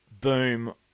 boom